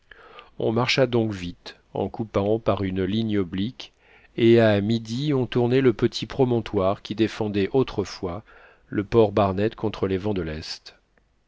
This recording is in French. on marcha donc vite en coupant par une ligne oblique et à midi on tournait le petit promontoire qui défendait autrefois le port barnett contre les vents de l'est